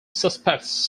suspects